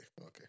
Okay